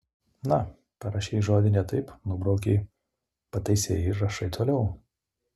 na parašei žodį ne taip nubraukei pataisei ir rašai toliau